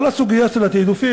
כל הסוגיה של התעדופים,